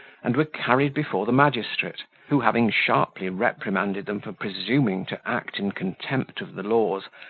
and were carried before the magistrate, who, having sharply reprimanded them for presuming to act in contempt of the laws,